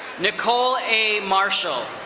nicole a. marshall.